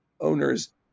owners